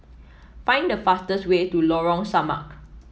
find the fastest way to Lorong Samak